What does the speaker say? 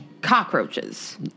cockroaches